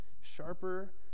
sharper